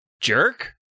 jerk